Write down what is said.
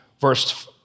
verse